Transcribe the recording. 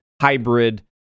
hybrid